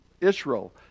Israel